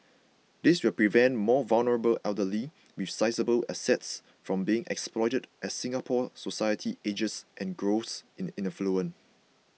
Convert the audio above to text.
this will prevent more vulnerable elderly with sizeable assets from being exploited as Singapore society ages and grows in affluence